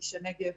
איש הנגב,